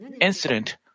incident